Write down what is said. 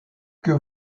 que